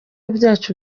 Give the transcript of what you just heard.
byacu